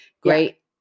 great